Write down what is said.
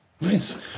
Nice